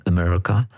America